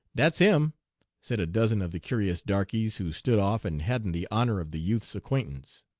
dat's him said a dozen of the curious darkeys who stood off and hadn't the honor of the youth's acquaintance.